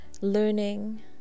learning